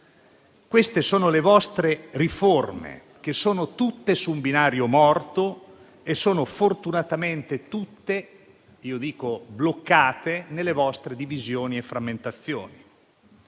Queste sono le vostre riforme, che sono tutte su un binario morto e sono fortunatamente tutte bloccate nelle vostre divisioni e frammentazioni.